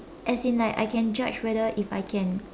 as in like I can judge whether if I can